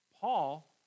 Paul